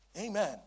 amen